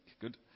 Good